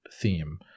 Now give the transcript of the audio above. theme